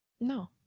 No